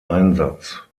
einsatz